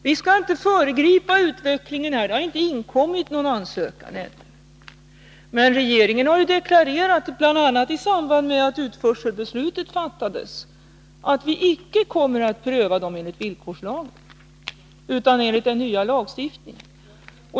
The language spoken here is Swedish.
Vi skall inte föregripa utvecklingen på det här området — det har ännu inte inkommit någon ansökan. Men regeringen har deklarerat, bl.a. i samband med att utförselbeslutet fattades, att vi icke kommer att pröva eventuella sådana ansökningar enligt villkorslagen utan enligt den nya lagstiftningen.